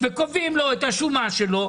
וקובעים לו את השומה שלו,